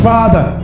Father